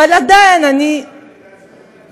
אבל עדיין תמוה,